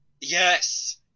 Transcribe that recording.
Yes